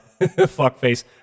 Fuckface